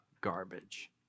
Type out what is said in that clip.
garbage